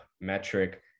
metric